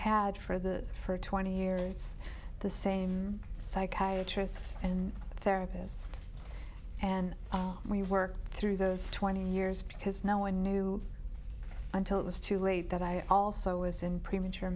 had for the first twenty years it's the same psychiatry and therapist and oh we work through those twenty years because no one knew until it was too late that i also was in premature